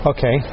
Okay